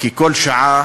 כי כל שעה,